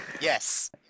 Yes